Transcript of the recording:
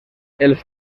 els